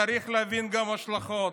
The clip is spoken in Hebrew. צריך להבין גם את ההשלכות,